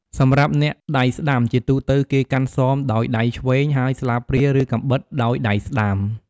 សម្រាប់អ្នកដៃស្តាំ ជាទូទៅ គេកាន់ សម ដោយដៃឆ្វេង ហើយ ស្លាបព្រា ឬ កាំបិត ដោយដៃស្តាំ។